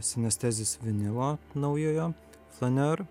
synaesthesis vinilo naujojo flaneur